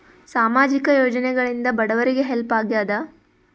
ಸಾಮಾಜಿಕ ಯೋಜನೆಗಳಿಂದ ಬಡವರಿಗೆ ಹೆಲ್ಪ್ ಆಗ್ಯಾದ?